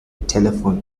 telephone